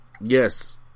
Yes